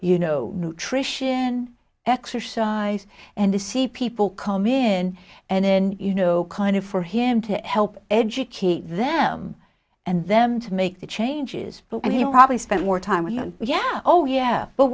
you know nutrition exercise and to see people come in and in you know kind of for him to help educate them and them to make the changes but he probably spent more time with yeah oh yeah but